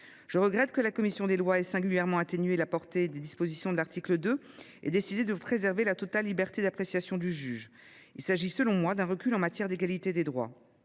Je regrette que la commission ait singulièrement atténué la portée des dispositions de l’article 2 et décidé de préserver la totale liberté d’appréciation du juge. Il s’agit, à mon sens, d’un recul en matière d’égalité des droits.